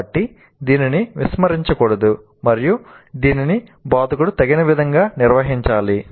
కాబట్టి దీనిని విస్మరించకూడదు మరియు దీనిని బోధకుడు తగిన విధంగా నిర్వహించాలి